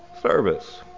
service